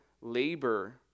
labor